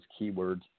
keywords